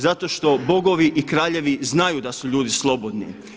Zato što bogovi i kraljevi znaju da su ljudi slobodni.